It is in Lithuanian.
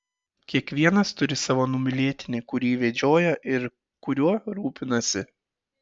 kiekvienas turi savo numylėtinį kurį vedžioja ir kuriuo rūpinasi